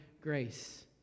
grace